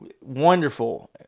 wonderful